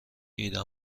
ایده